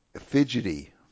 fidgety